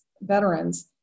veterans